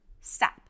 stop